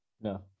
No